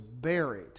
buried